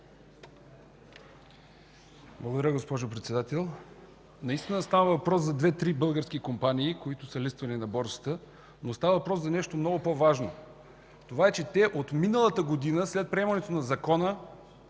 Благодаря, госпожо Председател. Наистина става въпрос за две-три български компании, които са листвани на борсата, но става въпрос за нещо по-важно – това, че те от миналата година, след приемането на Закона